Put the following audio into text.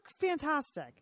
fantastic